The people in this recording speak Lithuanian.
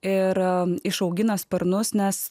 ir išaugina sparnus nes